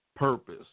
Purpose